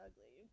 ugly